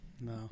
no